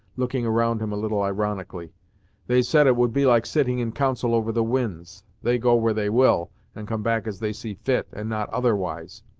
looking around him a little ironically they said it would be like sitting in council over the winds they go where they will, and come back as they see fit, and not otherwise.